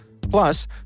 Plus